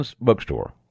Bookstore